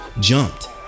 jumped